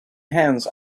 hens